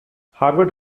harvard